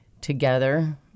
together